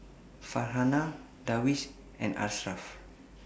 Farhanah Darwish and Ashraf